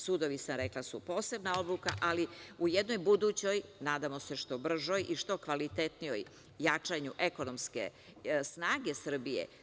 Sudovi su, rekla sam, posebna odluka, ali u jednoj budućoj, nadamo se što bržoj i što kvalitetnijem jačanju ekonomske snage Srbije.